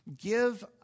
Give